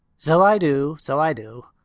so i do. so i do.